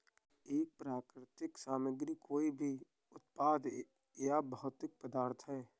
एक प्राकृतिक सामग्री कोई भी उत्पाद या भौतिक पदार्थ है